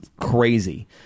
crazy